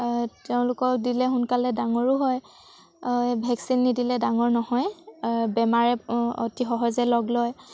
তেওঁলোকক দিলে সোনকালে ডাঙৰো হয় ভেকচিন নিদিলে ডাঙৰ নহয় বেমাৰে অতি সহজে লগ লয়